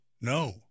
No